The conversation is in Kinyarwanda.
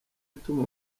ituma